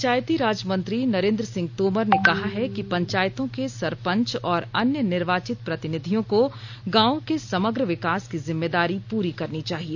पंचायती राज मंत्री नरेन्द्र सिंह तोमर ने कहा है कि पंचायतों के सरपंच और अन्य निर्वाचित प्रतिनिधियों को गांवों के समग्र विकास की जिम्मेदारी पूरी करनी चाहिए